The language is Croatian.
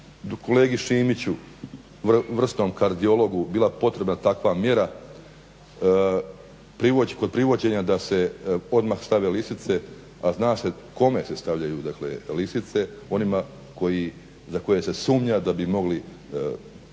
kolegi Šimiću, vrsnom kardiologu, bila potrebna takva mjera kod privođenja da se odmah stave lisice, a zna se kome se stavljaju lisice, onima za koje se sumnja da bi mogli